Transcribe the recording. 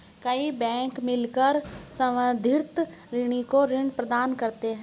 कई बैंक मिलकर संवर्धित ऋणी को ऋण प्रदान करते हैं